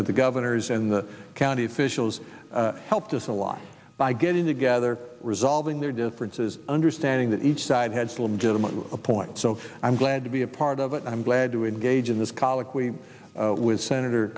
and the governors and the county officials helped us a lot by getting together resolving their differences understanding that each side has legitimate points so i'm glad to be a part of it and i'm glad to engage in this colloquy with senator